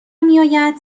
میآید